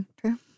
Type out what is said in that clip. true